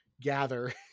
gather